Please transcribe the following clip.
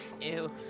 Ew